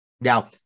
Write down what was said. now